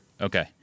okay